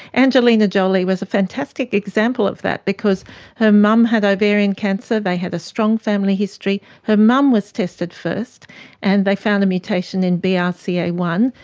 angelina jolie was a fantastic example of that because her mum had ovarian cancer, they had a strong family history. her mum was tested first and they found a mutation in b r ah c a one,